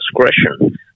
discretion